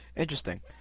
Interesting